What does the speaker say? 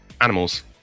Animals